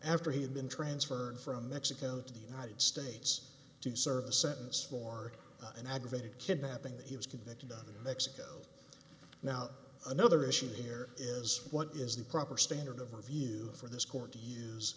after he had been transferred from mexico to the united states to serve a sentence for an aggravated kidnapping that he was convicted on let's go now to another issue here is what is the proper standard of review for this court to use